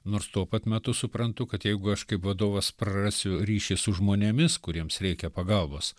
nors tuo pat metu suprantu kad jeigu aš kaip vadovas prarasiu ryšį su žmonėmis kuriems reikia pagalbos